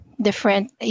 different